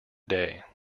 day